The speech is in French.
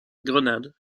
grenade